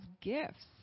gifts